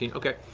you know okay.